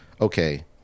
okay